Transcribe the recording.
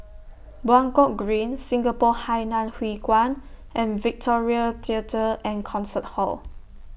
Buangkok Green Singapore Hainan Hwee Kuan and Victoria Theatre and Concert Hall